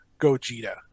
Gogeta